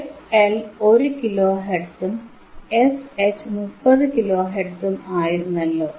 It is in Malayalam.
fL 1 കിലോ ഹെർട്സും fH 30 കിലോ ഹെർട്സും ആയിരുന്നല്ലോ